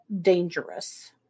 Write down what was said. dangerous